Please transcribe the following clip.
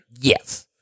yes